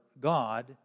God